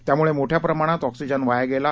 त्यामुळे मोठ्या प्रमाणात ऑक्सिजन वाया गेला